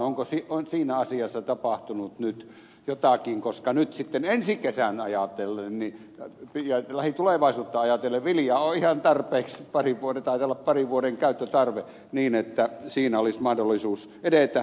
onko siinä asiassa tapahtunut nyt jotakin koska nyt sitten ensi kesää ajatellen ja lähitulevaisuutta ajatellen viljaa on ihan tarpeeksi taitaa olla parin vuoden käyttötarve niin että siinä olisi mahdollisuus edetä